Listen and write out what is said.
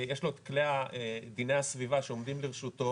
יש לו את כלי הבינה הסביבה שעומדים לרשותו